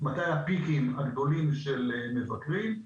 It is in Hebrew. מתי ה"פיקים" הגדולים של מבקרים.